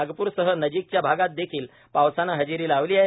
नागपूर सह नजीकच्या भागात देखील पावसाने हजेरी लावली आहे